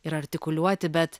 ir artikuliuoti bet